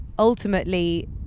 Ultimately